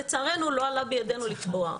לצערנו לא עלה בידינו לקבוע.